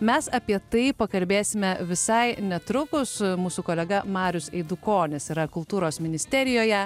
mes apie tai pakalbėsime visai netrukus mūsų kolega marius eidukonis yra kultūros ministerijoje